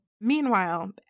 meanwhile